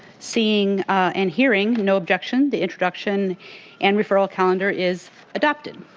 seeing and hearing no objection, the introduction and referral calendar is adopted.